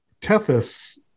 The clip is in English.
Tethys